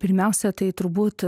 pirmiausia tai turbūt